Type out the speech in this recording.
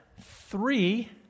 three